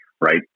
Right